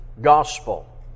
gospel